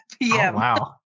Wow